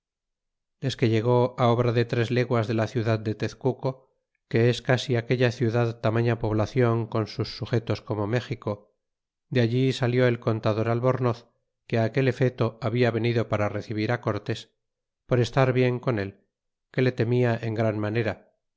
desque llegó obra de tres leguas de la ciudad de tezcuco que es casi aquella ciudad tamaña poblacion con sus sujetos como méxico de allí salió el contador albornoz que aquel efeto habia ve nido para recibir á cortés por estar bien con él que le temia en gran manera